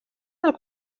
del